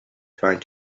trying